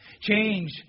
Change